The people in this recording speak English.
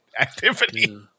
activity